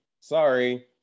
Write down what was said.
sorry